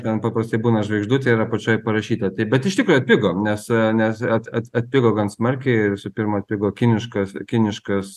ten paprastai būna žvaigždutė ir apačioj parašyta taip bet iš tikro atpigo nes nes at at atpigo gan smarkiai ir visų pirma atpigo kiniškas kiniškas